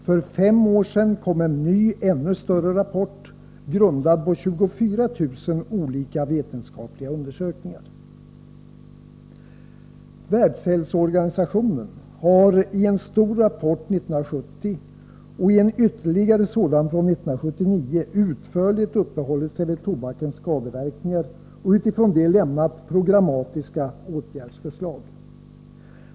För fem år sedan kom en ny än större Pp fäpport; grundad på 24 000 olika vetenskapliga lindersökningar: Världshäl Marknadsföring av soorganisationen har i en stor rapport 1970 och i en ytterligare sådan från föbak ock öl 1979 utförligt uppehållit sig vid tobakens skadeverkningar och utifrån detta lämnat programmatiska åtgärdsförslag.